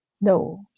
No